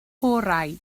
orau